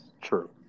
true